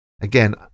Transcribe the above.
Again